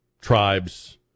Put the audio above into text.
tribes